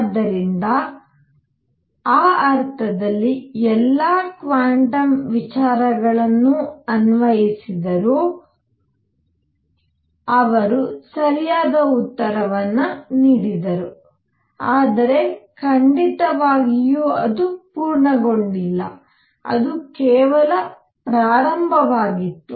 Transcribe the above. ಆದ್ದರಿಂದ ಆ ಅರ್ಥದಲ್ಲಿ ಎಲ್ಲಾ ಕ್ವಾಂಟಮ್ ವಿಚಾರಗಳನ್ನು ಅನ್ವಯಿಸಿದರೂ ಅವರು ಸರಿಯಾದ ಉತ್ತರವನ್ನು ನೀಡಿದರು ಆದರೆ ಖಂಡಿತವಾಗಿಯೂ ಅದು ಪೂರ್ಣಗೊಂಡಿಲ್ಲ ಅದು ಕೇವಲ ಪ್ರಾರಂಭವಾಗಿತ್ತು